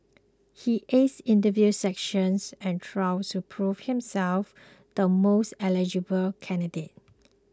he aced interview sessions and trials to prove himself the most eligible candidate